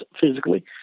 physically